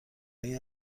هایی